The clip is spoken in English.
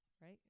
Right